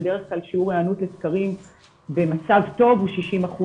בדרך כלל שיעור היענות במחקרים במצב טוב הוא 60%,